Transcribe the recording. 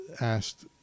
asked